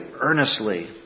earnestly